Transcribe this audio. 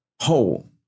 whole